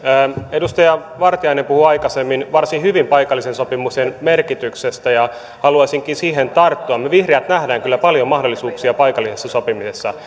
edustaja vartiainen puhui aikaisemmin varsin hyvin paikallisen sopimisen merkityksestä ja haluaisinkin siihen tarttua me vihreät näemme kyllä paljon mahdollisuuksia paikallisessa sopimisessa